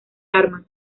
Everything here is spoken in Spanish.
armas